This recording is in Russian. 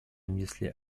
внесли